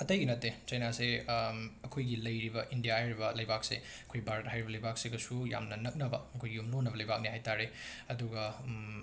ꯑꯇꯩꯒꯤ ꯅꯠꯇꯦ ꯆꯥꯏꯅꯥꯁꯦ ꯑꯈꯣꯏꯒꯤ ꯂꯩꯔꯤꯕ ꯏꯟꯗꯤꯌꯥ ꯍꯥꯏꯔꯤꯕ ꯂꯩꯕꯥꯛꯁꯦ ꯑꯩꯈꯣꯏ ꯕꯥꯔꯠ ꯍꯥꯏꯔꯤꯕ ꯂꯩꯕꯥꯛꯁꯤꯒꯁꯨ ꯌꯥꯝꯅ ꯅꯛꯅꯕ ꯑꯩꯈꯣꯏꯒꯤ ꯌꯨꯝꯂꯣꯟꯅꯕ ꯂꯩꯕꯥꯛꯅꯤ ꯍꯥꯏ ꯇꯥꯔꯦ ꯑꯗꯨꯒ